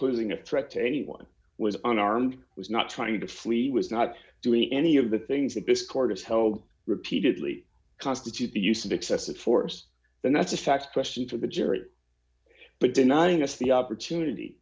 placing a threat to anyone was unarmed was not trying to flee was not doing any of the things that this court has held repeatedly constitute the use of excessive force and that's a fact question for the jury but denying us the opportunity